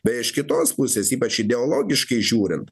beje iš kitos pusės ypač ideologiškai žiūrint